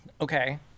Okay